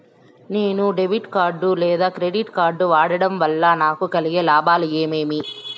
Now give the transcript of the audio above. నేను debit card లేదా credit card వాడడం వల్ల నాకు కలిగే లాభాలు ఏమేమీ?